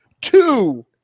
two